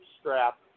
strap